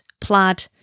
plaid